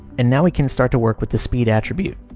and now we can start to work with the speed attribute.